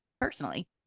personally